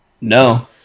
No